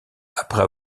après